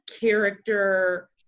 character